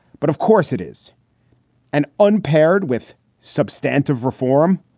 but of course, it is an unpaired with substantive reform.